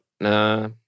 Nah